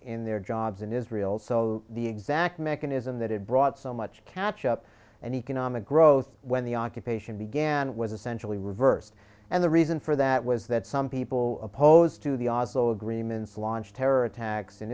in their jobs in israel so the exact mechanism that had brought so much catch up and economic growth when the occupation began with essentially reversed and the reason for that was that some people opposed to the oslo agreements launched terror attacks in